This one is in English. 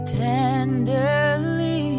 tenderly